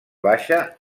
baixa